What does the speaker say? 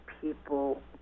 people